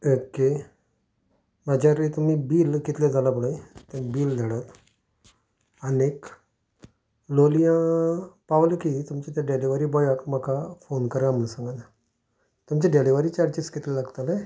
okay म्हाज्यारी तुमी bill कितलें जालां पळय तें बील धाडात आनीक लोलया पावले की तुमचे ते डॅलिवरी बॉयाक म्हाका फोन करा म्हुणू सांगात तुमचे डॅलिवरी चार्जीस कितले लागतले